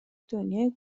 دنیای